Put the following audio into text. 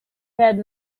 had